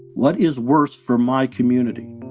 what is worse for my community?